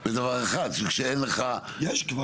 לא, זה קשור בדבר אחד- -- יש קברים.